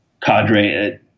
cadre